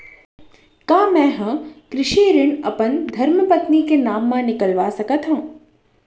का मैं ह कृषि ऋण अपन धर्मपत्नी के नाम मा निकलवा सकथो?